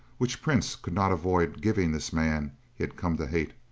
which prince could not avoid giving this man he had come to hate.